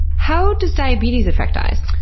how does diabetes affect eyes?